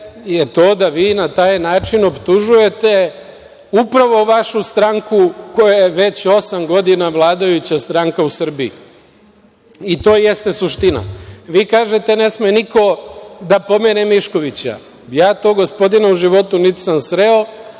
je to da vi na taj način optužujete upravo vašu stranku koja je već osam godina vladajuća stranka u Srbiji. I to jeste suština. Vi kažete – ne sme niko da pomene Miškovića. Ja tog gospodina u životu nisam sreo,